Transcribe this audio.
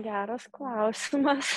geras klausimas